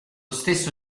stesso